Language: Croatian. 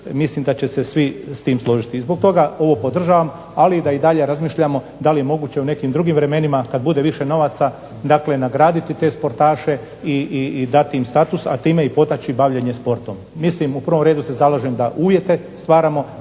mislim da će se svi s time složiti. I zbog toga ovo podržavam, ali da i dalje razmišljamo da li je moguće u nekim drugim vremenima kada bude više novaca dakle nagraditi te sportaše i dati im status a time i potaći bavljenje sportom. Mislim u prvo redu se zalažem da uvjete stvaramo